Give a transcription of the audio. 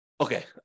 Okay